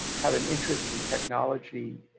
have an interest in technology,